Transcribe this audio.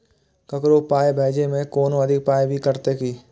ककरो पाय भेजै मे कोनो अधिक पाय भी कटतै की?